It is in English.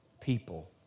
people